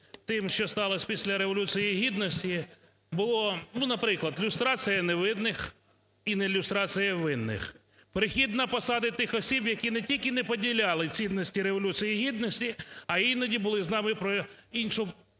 тим, що сталось після Революції Гідності, було, ну наприклад, люстрація невинних і нелюстрація винних; прихід на посади тих осіб, які не тільки не поділяли цінності Революції Гідності, а іноді були з нами по іншу